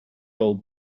old